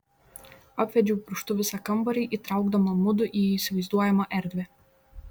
apvedžiau pirštu visą kambarį įtraukdama mudu į įsivaizduojamą erdvę